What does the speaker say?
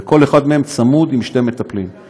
כל אחד מהם עם שני מטפלים, צמוד.